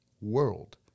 world